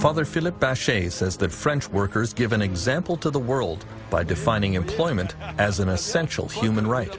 father philip pass says that french workers give an example to the world by defining employment as an essential human right